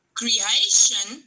creation